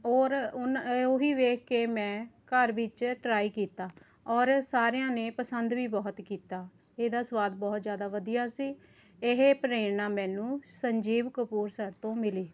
ਔਰ ਉਨ ਉਹੀ ਵੇਖ ਕੇ ਮੈਂ ਘਰ ਵਿੱਚ ਟ੍ਰਾਈ ਕੀਤਾ ਔਰ ਸਾਰਿਆਂ ਨੇ ਪਸੰਦ ਵੀ ਬਹੁਤ ਕੀਤਾ ਇਹਦਾ ਸਵਾਦ ਬਹੁਤ ਜ਼ਿਆਦਾ ਵਧੀਆ ਸੀ ਇਹ ਪ੍ਰੇਰਨਾ ਮੈਨੂੰ ਸੰਜੀਵ ਕਪੂਰ ਸਰ ਤੋਂ ਮਿਲੀ